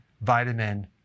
vitamin